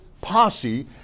posse